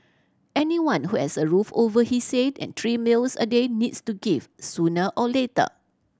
anyone who has a roof over his and three meals a day needs to give sooner or later